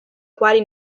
quali